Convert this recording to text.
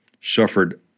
suffered